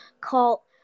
Call